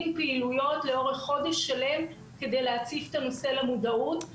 פעילויות לאורך שלם כדי להציף את הנושא למודעות.